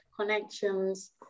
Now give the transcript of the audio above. connections